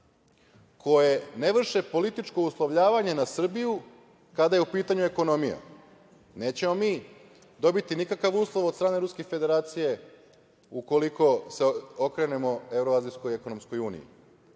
koje ne vrše političko uslovljavanje na Srbiju kada je u pitanju ekonomija. Nećemo mi dobiti nikakav uslov od strane Ruske Federacije ukoliko se okrenemo Evroazijskoj ekonomskoj uniji,